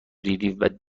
دیدی